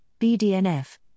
BDNF